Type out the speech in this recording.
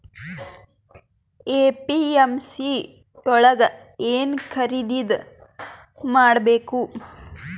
APMC ಯೊಳಗ ಏನ್ ಖರೀದಿದ ಮಾಡ್ಬೇಕು?